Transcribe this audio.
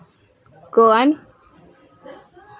go on